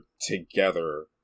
together